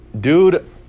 Dude